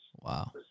Wow